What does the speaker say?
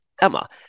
Emma